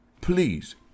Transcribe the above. please